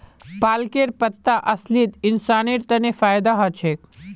पालकेर पत्ता असलित इंसानेर तन फायदा ह छेक